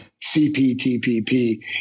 CPTPP